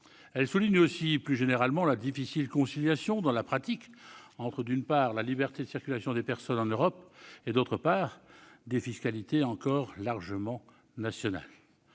Elle souligne aussi, plus généralement, la difficile conciliation dans la pratique entre, d'une part, la liberté de circulation des personnes en Europe et, d'autre part, des fiscalités encore largement nationales.